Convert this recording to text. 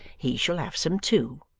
he shall have some too